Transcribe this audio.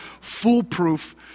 foolproof